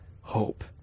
hope